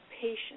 patient